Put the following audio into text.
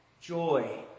joy